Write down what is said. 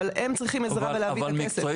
אבל הם צריכים עזרה בלהביא את הכסף,